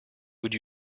would